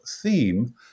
theme